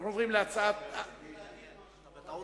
אנחנו עוברים להצעה, רציתי להגיד משהו.